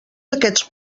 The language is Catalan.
aquests